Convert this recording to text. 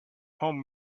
home